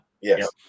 Yes